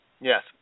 Yes